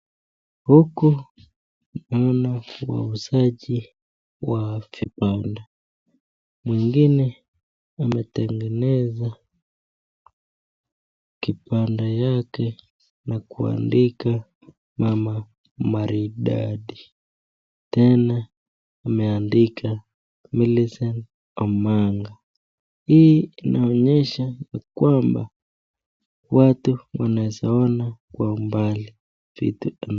Huku naona wauzaji wa vibanda, mwingine ametengeneza kibanda yake na kuandika mama maridadi tena ameandika millicent omanga, hii inaonyesha kwamba watu wanaweza ona kwa umbali vitu vyao.